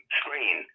screen